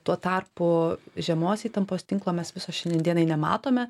tuo tarpu žemos įtampos tinklo mes visos šiandien dienai nematome